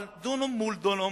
אבל דונם מול דונם,